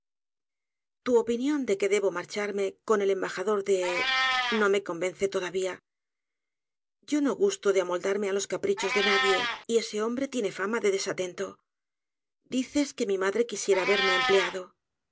tu opinión de que debo marcharme con el embajador de no me convence todavía yo no gusto dé amoldarme á los caprichos de nadie y ese hombre tiene fama de desatento dices que mi madre quisiera verme empleado